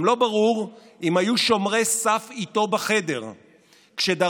גם לא ברור אם היו שומרי סף איתו בחדר כשדרש